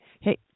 hey